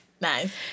Nice